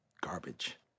garbage